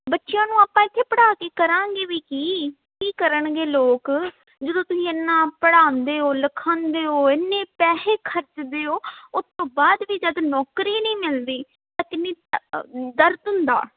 ਬੱਚਿਆਂ ਨੂੰ ਆਪਾਂ ਇੱਥੇ ਪੜ੍ਹਾ ਕੇ ਕਰਾਂਗੇ ਵੀ ਕੀ ਕੀ ਕਰਨਗੇ ਲੋਕ ਜਦੋਂ ਤੁਸੀਂ ਇੰਨਾ ਪੜ੍ਹਾਉਂਦੇ ਹੋ ਲਿਖਾਉਂਦੇ ਹੋ ਇੰਨੇ ਪੈਸੇ ਖਰਚਦੇ ਹੋ ਉਸ ਤੋਂ ਬਾਅਦ ਵੀ ਜਦੋਂ ਨੌਕਰੀ ਨਹੀਂ ਮਿਲਦੀ ਤਾਂ ਕਿੰਨੀ ਦਰਦ ਹੁੰਦਾ